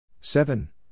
seven